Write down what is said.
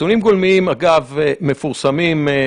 נתונים גולמיים, אגב, מפורסמים.